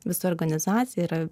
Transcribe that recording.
visa organizacija yra